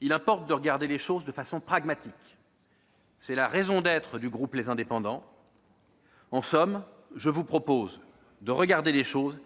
Il importe de regarder les choses de façon pragmatique. C'est la raison d'être du groupe Les Indépendants. En somme, je vous propose de regarder les choses